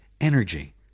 energy